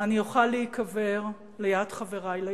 אני אוכל להיקבר ליד חברי ליחידה.